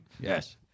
Yes